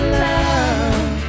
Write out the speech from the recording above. love